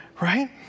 right